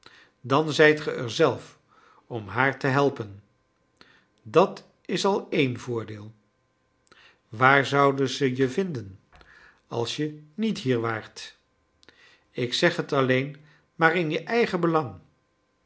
dan zijt ge er zelf om haar te helpen dat is al één voordeel waar zouden ze je vinden als je niet hier waart ik zeg het alleen maar in je eigen belang